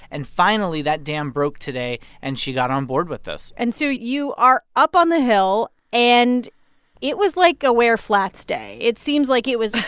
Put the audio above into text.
and finally, that dam broke today, and she got on board with this and so you are up on the hill. and it was like a wear-flats day. it seems like it was.